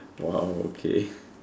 !wow! okay